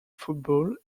football